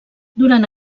durant